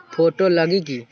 Photo लगी कि?